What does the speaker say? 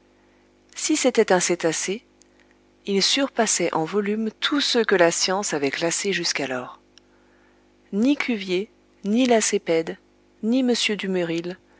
si c'était un cétacé il surpassait en volume tous ceux que la science avait classés jusqu'alors ni cuvier ni lacépède ni m dumeril